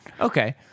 Okay